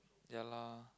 ya lah